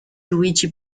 luigi